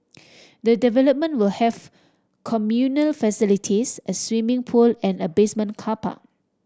the development will have communal facilities a swimming pool and a basement car park